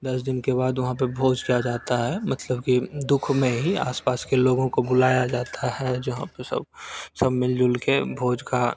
दस दिन के बाद वहाँ पर भोज किया जाता है मतलब की दुःख में ही आसपास के लोगों को बुलाया जाता है जहाँ पर सब सब मिलजुल कर भोज का